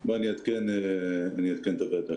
קיבל מענה בדבר פריסת שכר לימוד או פריסת שכר דירת מעונות,